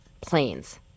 planes